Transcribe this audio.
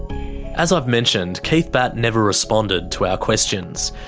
as i've mentioned, keith batt never responded to our questions.